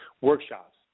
workshops